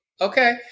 Okay